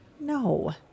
No